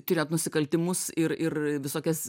tiriant nusikaltimus ir ir visokias